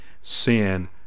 sin